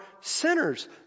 sinners